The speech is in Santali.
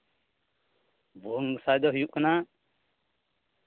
ᱵᱷᱩᱣᱟᱹᱝ ᱫᱟᱸᱥᱟᱭ ᱫᱚ ᱦᱩᱭᱩᱜ ᱠᱟᱱᱟ